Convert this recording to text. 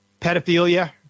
pedophilia